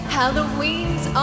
Halloween's